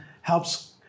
helps